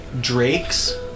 drakes